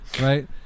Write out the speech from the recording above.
right